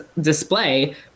display